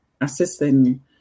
assisting